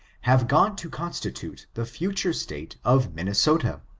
have gone to constitute the future state of minnesota.